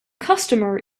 customer